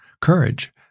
courage